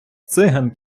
циган